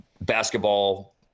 basketball